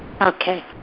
Okay